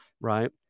right